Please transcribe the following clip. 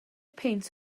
peint